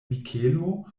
mikelo